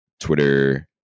Twitter